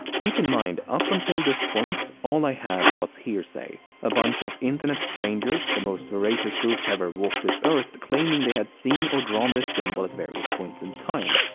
keep in mind, up until this point, all i had was hearsay. a bunch of internet strangers, the most veracious group to ever walk this earth, claiming they had seen or drawn this symbol at various points in time.